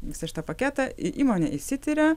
visą šitą paketą į įmonė išsitiria